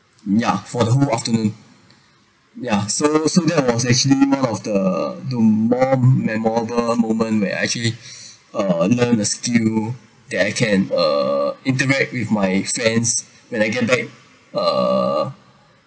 ya for the whole afternoon yeah so so that was actually one of the the more memorable moment when I actually uh learn a skill that I can uh interact with my friends when I get back uh